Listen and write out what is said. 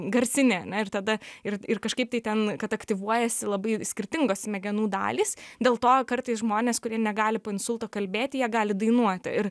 garsinė ir tada ir ir kažkaip tai ten kad aktyvuojasi labai skirtingos smegenų dalys dėl to kartais žmonės kurie negali po insulto kalbėti jie gali dainuoti ir